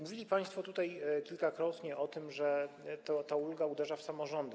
Mówili państwo tutaj kilkakrotnie o tym, że ta ulga uderza w samorządy.